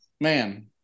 man